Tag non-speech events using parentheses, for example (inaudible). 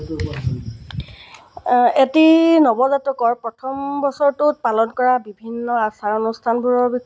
(unintelligible) এটি নৱজাতকৰ প্ৰথম বছৰটোত পালন কৰা বিভিন্ন আচাৰ অনুষ্ঠানবোৰৰ (unintelligible)